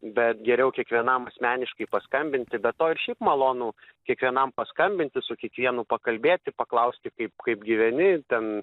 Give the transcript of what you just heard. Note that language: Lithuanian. bet geriau kiekvienam asmeniškai paskambinti be to ir šiaip malonu kiekvienam paskambinti su kiekvienu pakalbėti paklausti kaip kaip gyveni ten